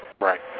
Right